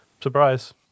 Surprise